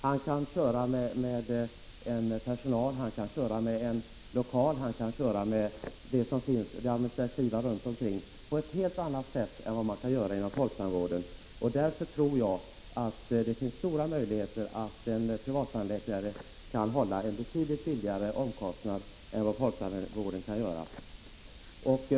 Han kan i fråga om personal, lokaler och administration arbeta på ett helt annat sätt än vad man kan göra inom folktandvården. Jag tror därför att det finns stora möjligheter för en privattandläkare att hålla sina omkostnader betydligt lägre än vad folktandvården kan.